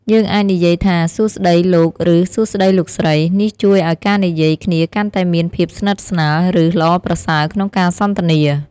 យើងអាចនិយាយថា "សួស្ដី លោក" ឬ "សួស្ដី លោកស្រី" នេះជួយឱ្យការនិយាយគ្នាកាន់តែមានភាពស្និទ្ធស្នាល ឬ ល្អប្រសើរក្នុងការសន្ទនា។